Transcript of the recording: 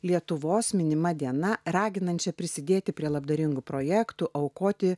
lietuvos minima diena raginančia prisidėti prie labdaringų projektų aukoti